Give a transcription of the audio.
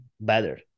better